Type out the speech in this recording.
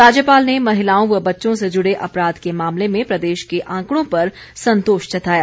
राज्यपाल ने महिलाओं व बच्चों से जुड़े अपराध के मामले में प्रदेश के आंकड़ों पर संतोष जताया